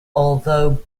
although